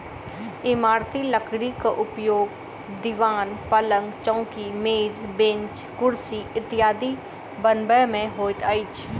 इमारती लकड़ीक उपयोग दिवान, पलंग, चौकी, मेज, बेंच, कुर्सी इत्यादि बनबय मे होइत अछि